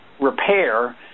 repair